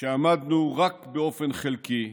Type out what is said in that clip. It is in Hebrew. עמדנו רק באופן חלקי,